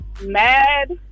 mad